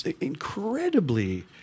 incredibly